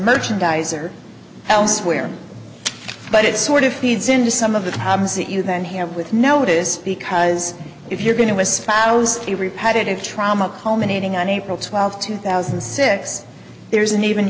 merchandiser elsewhere but it sort of feeds into some of the problems that you then have with notice because if you're going to espouse the repetitive trauma culminating on april twelfth two thousand and six there's an even